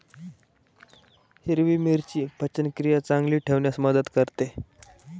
हिरवी मिरची पचनक्रिया चांगली ठेवण्यास मदत करते